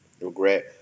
Regret